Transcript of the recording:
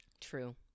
True